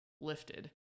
lifted